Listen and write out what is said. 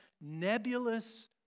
nebulous